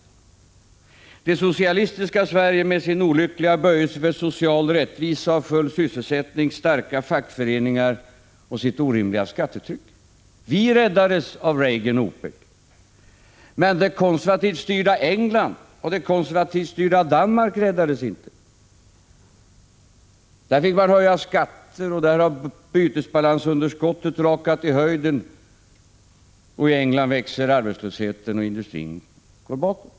Det gällde det socialistiska Sverige med sin olyckliga böjelse för social rättvisa, full sysselsättning och starka fackföreningar och med sitt orimliga skattetryck. Vi räddades av Reagan och OPEC, men det konservativt styrda England och det konservativt styrda Danmark räddades inte. Där fick man höja skatter, och där har bytesbalansunderskottet rakat i höjden. I England växer arbetslösheten, och industrin går bakåt.